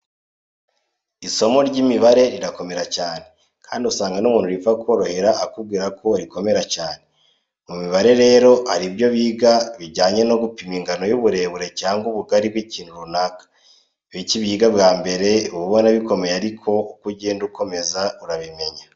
Isomo ry'imibare rirakomera cyane kandi usanga n'umuntu ripfa korohera akubwira ko rikomera cyane. Mu mibare rero hari ibyo biga biga bijyanaye no gupima ingano y'uburebure cyangwa ubugari bw'ikintu runaka. Iyo ukibyiga bwa mbere uba ubona bikomeye ariko uko ugenda ukomeza urabimenya.